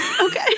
Okay